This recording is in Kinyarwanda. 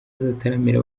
azataramira